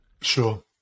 Sure